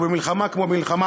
ובמלחמה כמו במלחמה,